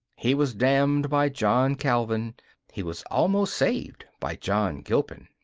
he was damned by john calvin he was almost saved by john gilpin.